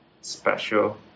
special